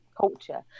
Culture